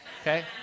Okay